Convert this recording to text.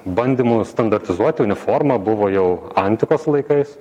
bandymų standartizuoti uniformą buvo jau antikos laikais